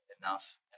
enough